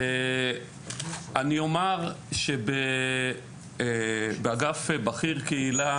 אני אומר שבאגף בכיר קהילה,